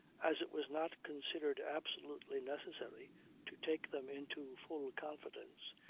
as it was not considered absolutely necessary to take them into full confidence,